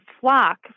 flock